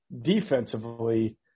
defensively